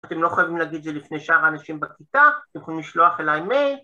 אתם לא חייבים להגיד את זה לפני שאר האנשים בכתה, אתם יכולים לשלוח אליי מייל.